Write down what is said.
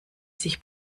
sich